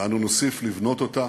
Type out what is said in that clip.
ואנו נוסיף לבנות אותה